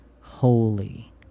holy